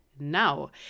now